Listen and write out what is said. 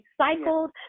recycled